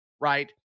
right